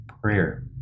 prayer